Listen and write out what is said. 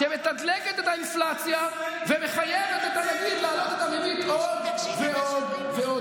שמתדלקת את האינפלציה ומחייבת את הנגיד להעלות את הריבית עוד ועוד ועוד.